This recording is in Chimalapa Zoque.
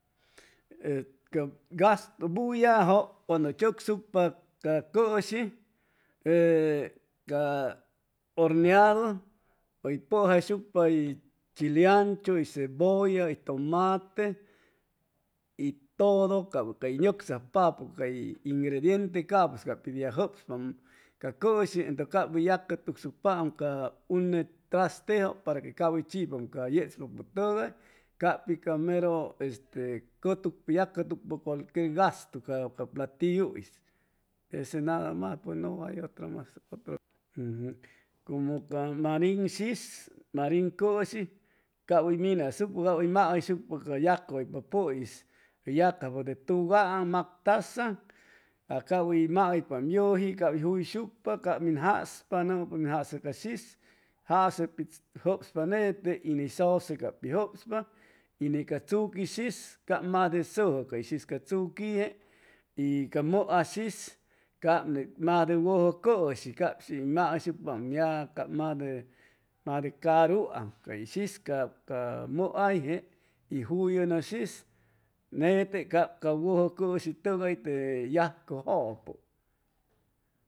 E cap buyajʉ cuando hʉy chʉcsucpa ca cʉshi ee ca horneadu hʉy pʉjaishucpa hʉy chileanchu, hʉy cebolla,. hʉy tomate, y todo cap cay nʉcsajpapʉ cay ingrediente capʉs capit yagjʉspaam ca cʉshi entʉ cap hʉy yagcʉtucsucpaam ca une trastejo para que cap hʉy chipaam ca yechpapʉtʉgay capi ca mero yagcʉtucpa cualquier gastu cap ca platillu'is como ca marin shis marin cʉshi cap hʉy minasucpa cap hʉy mahʉyshucpa ca yacahʉypapʉis hʉy yacjpa de tugaaŋ. mactasaŋ a cap hʉy mahʉypam yʉji cap hʉy juyshucpa cam min jaaspa nʉmʉypa min jasʉ ca shis jase pitz jʉpspa nete y ni sʉse cap pi jʉpspa y ni ca tzuqui shis cap majde sʉjʉhʉy shis ca tzuquije y ca mʉa shis cap net majde wʉjʉ cʉshi cap shi hʉy mahʉyshucpaam ya cap majde majde caruam cay shis cap ca mʉhayje y juyʉnʉ shis nete cap ca wʉjʉ cʉshitʉgay te yajcʉjʉpʉ